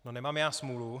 No nemám já smůlu?